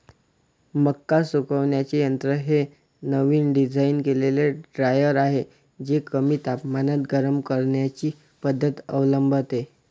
मका सुकवण्याचे यंत्र हे नवीन डिझाइन केलेले ड्रायर आहे जे कमी तापमानात गरम करण्याची पद्धत अवलंबते